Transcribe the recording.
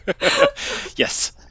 Yes